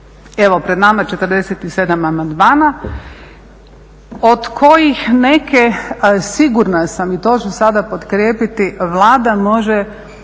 Evo pred nama je 47 amandmana od kojih neke sigurna sam i to ću sada potkrijepiti Vlada može